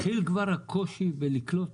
התחיל כבר הקושי בלקלוט